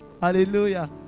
Hallelujah